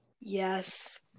Yes